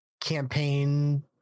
campaign